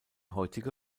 heutige